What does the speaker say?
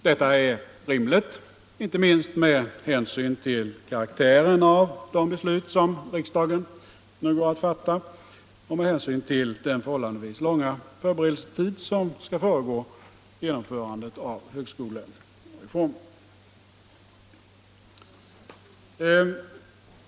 Detta är rimligt inte minst med hänsyn till karaktären av de beslut som riksdagen nu går att fatta och med hänsyn till den förhållandevis långa förberedelsetid som skall föregå genomförandet av högskolereformen.